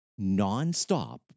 nonstop